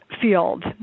field